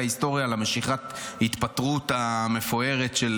ההיסטוריה על משיכת ההתפטרות המפוארת של